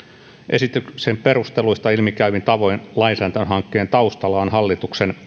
esityksen perusteluista ilmi käyvin tavoin lainsäädäntöhankkeen taustalla ovat hallituksen